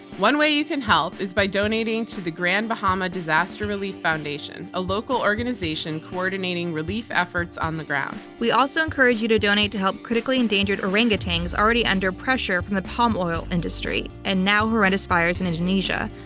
one way you can help is by donating to the grand bahama disaster relief foundation, a local organization coordinating relief efforts on the ground. we also encourage you to donate to help critically endangered orangutans already under pressure from the palm oil industry, and now, horrendous fires in indonesia.